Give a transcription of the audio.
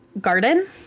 garden